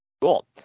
Cool